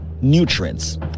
nutrients